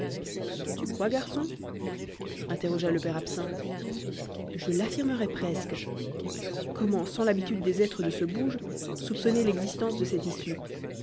tu crois garçon interrogea le père absinthe je l'affirmerais presque comment sans l'habitude des êtres de ce bouge soupçonner l'existence de cette issue